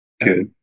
Good